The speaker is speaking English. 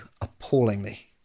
appallingly